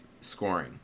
scoring